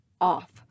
off